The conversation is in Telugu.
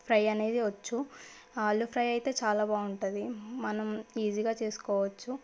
ఫ్రై అనేది వచ్చు ఆలూ ఫ్రై అయితే చాలా బాగుంటది మనం ఈజీగా చేసుకోవచ్చు